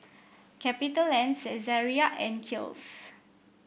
Capitaland Saizeriya and Kiehl's